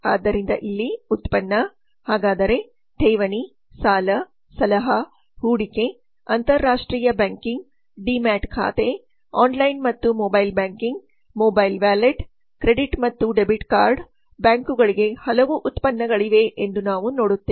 ಆದ್ದರಿಂದ ಇಲ್ಲಿ ಉತ್ಪನ್ನ ಹಾಗಾದರೆ ಠೇವಣಿ ಸಾಲ ಸಲಹಾ ಹೂಡಿಕೆ ಅಂತರರಾಷ್ಟ್ರೀಯ ಬ್ಯಾಂಕಿಂಗ್ ಡಿಮ್ಯಾಟ್ ಖಾತೆ ಆನ್ಲೈನ್online mobile banking ಮತ್ತು mobile banking mobile wallet credit ಮತ್ತು ಡೆಬಿಟ್ ಕಾರ್ಡ್credit debit card ಬ್ಯಾಂಕುಗಳಿಗೆ ಹಲವು ಉತ್ಪನ್ನಗಳಿವೆ ಎಂದು ನಾವು ನೋಡುತ್ತೇವೆ